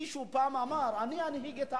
מישהו פעם אמר: אני אנהיג את העם,